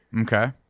okay